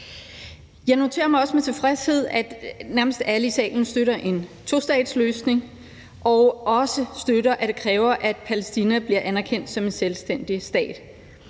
Jeg noterer mig også med tilfredshed, at nærmest alle i salen støtter en tostatsløsning og også støtter, at det kræver, at Palæstina bliver anerkendt som en selvstændig stat.